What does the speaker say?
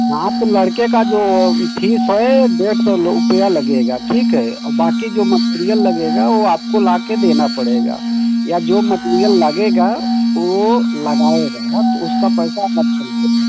हाँ तो लड़के का जो फीस है डेढ़ सौ रुपयए लगेगा ठीक है और बाक़ी जो मटेरियल लगेगा वह आपको ला केर देना पड़ेगा या जो मटेरियल लगेगा वह लगाएगा तो उसका पैसा मर्ज कर लीजिएगा